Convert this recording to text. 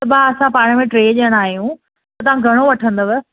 भाउ असां पाण में टे जणा आहियूं तव्हां घणो वठंदव